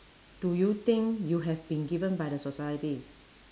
do you think you have been given by the society